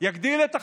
ויגדיל את הכנסתו,